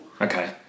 Okay